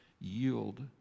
yield